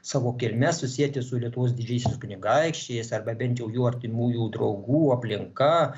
savo kilme susieti su lietuvos didžiaisiais kunigaikščiais arba bent jau jų artimųjų draugų aplinka